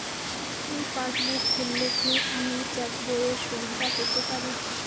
এই পাসবুক খুললে কি আমি চেকবইয়ের সুবিধা পেতে পারি?